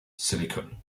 silicon